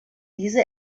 diese